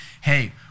hey